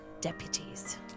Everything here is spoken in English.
deputies